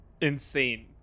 insane